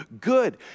good